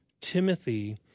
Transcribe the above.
Timothy